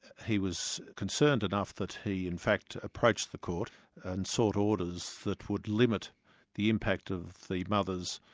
he was concerned enough that he in fact approached the court and sought orders that would limit the impact of the mother's,